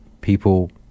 people